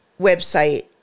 website